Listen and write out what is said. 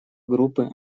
группы